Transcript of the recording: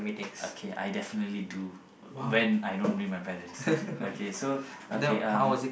okay I definitely do when I don't bring my parents okay so okay um